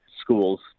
schools